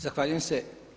Zahvaljujem se.